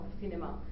cinema